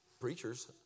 preachers